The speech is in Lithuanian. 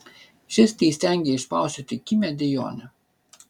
šis teįstengė išspausti tik kimią dejonę